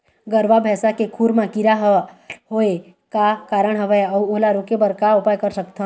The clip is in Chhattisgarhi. गरवा भैंसा के खुर मा कीरा हर होय का कारण हवए अऊ ओला रोके बर का उपाय कर सकथन?